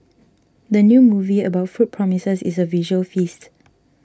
the new movie about food promises a visual feast